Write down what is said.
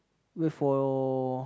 wait for